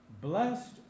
Blessed